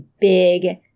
big